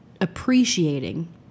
appreciating